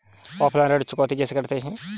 Offline ऋण चुकौती कैसे करते हैं?